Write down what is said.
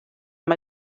amb